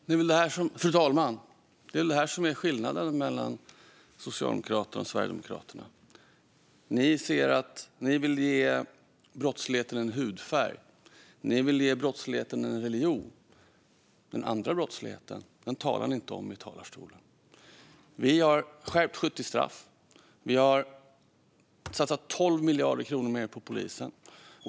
Fru talman! Det är väl det här som är skillnaden mellan Socialdemokraterna och Sverigedemokraterna. Ni vill ge brottsligheten en hudfärg, en religion. Den andra brottsligheten talar ni inte om i talarstolen. Vi har skärpt 70 straff. Vi har satsat 12 miljarder kronor mer på polisen.